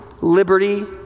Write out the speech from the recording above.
Liberty